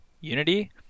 Unity